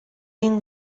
این